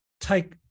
take